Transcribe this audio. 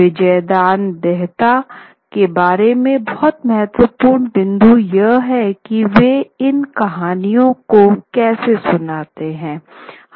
विजयदान देहता के बारे में बहुत महत्वपूर्ण बिंदु यह है की वे इनकहानियों को कैसे सुनाते थे